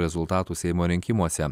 rezultatų seimo rinkimuose